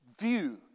view